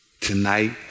Tonight